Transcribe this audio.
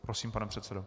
Prosím, pane předsedo.